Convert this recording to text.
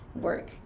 work